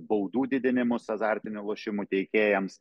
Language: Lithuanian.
baudų didinimus azartinių lošimų teikėjams